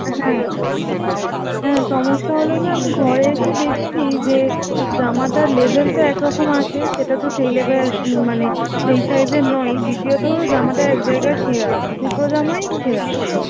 হ্যাঁ হ্যাঁ সমস্যা হলো যে আমি ঘরে এসে দেকছি যে জামাটার লেভেলটা একরকম আছে সেটা তো সেই লেভেলের মানে সেই সাইজের নয় দ্বিতীয়ত জামাটা এক জায়গায় ছেঁড়া আছে দুটো জামাই ছেঁড়া আছে